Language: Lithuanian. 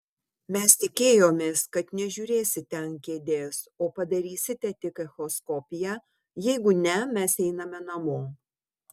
mes tikėjomės kad nežiūrėsite ant kėdės o padarysite tik echoskopiją jeigu ne mes einame namo